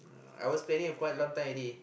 I was planning a quite long time already